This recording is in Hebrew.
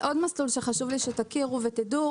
עוד מסלול שחשוב לי שתכירו ותדעו.